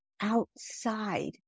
outside